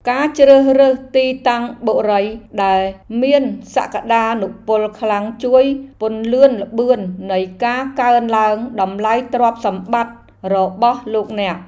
ការជ្រើសរើសទីតាំងបុរីដែលមានសក្តានុពលខ្លាំងជួយពន្លឿនល្បឿននៃការកើនឡើងតម្លៃទ្រព្យសម្បត្តិរបស់លោកអ្នក។